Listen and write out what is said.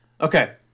Okay